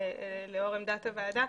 לאור עמדת הוועדה,